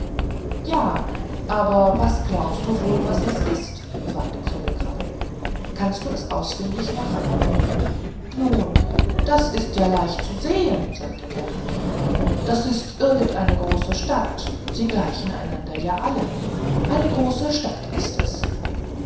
ja aber was glaubst du wohl was es ist fragte kribbel krabbel kannst du es ausfindig machen nun das ist ja leicht zu sehen sagte der andere das ist irgend eine große stadt sie gleichen einander ja alle eine große stadt ist es